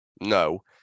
no